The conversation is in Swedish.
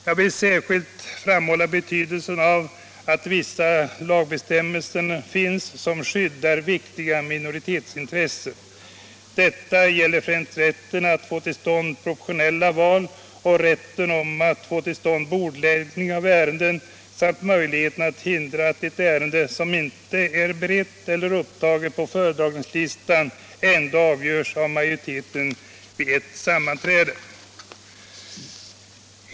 Jag vill särskilt framhålla betydelsen av vissa lagbestämmelser som skyddar viktiga minoritetsintressen. Detta gäller främst rätten att få till stånd proportionella val och rätten att få till stånd bordläggning av ärenden samt möjligheten att hindra att ett ärende som inte är berett eller upptaget på föredragningslistan ändå avgörs av majoriteten vid ett sammanträde.